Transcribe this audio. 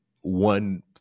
one